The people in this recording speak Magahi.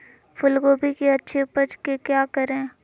फूलगोभी की अच्छी उपज के क्या करे?